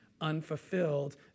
unfulfilled